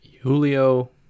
Julio